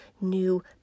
new